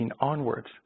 onwards